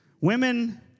Women